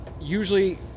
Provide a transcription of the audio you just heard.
usually